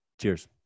Cheers